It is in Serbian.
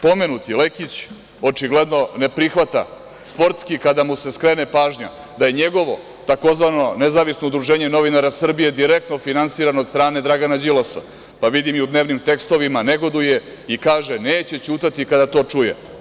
Pomenuti Lekić očigledno ne prihvata sportski kada mu se skrene pažnja da je njegovo tzv. nezavisno udruženje novinara Srbije direktno finansirano od strane Dragana Đilasa, pa vidim da u dnevnim tekstovima negoduje i kaže – neće ćutati kada to čuje.